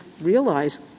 realize